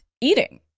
eating